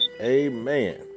Amen